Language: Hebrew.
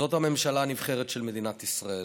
זאת הממשלה הנבחרת של מדינת ישראל.